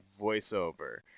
voiceover